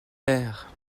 l’air